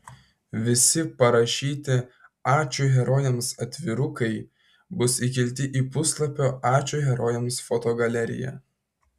visi parašyti ačiū herojams atvirukai bus įkelti į puslapio ačiū herojams fotogaleriją